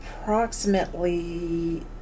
approximately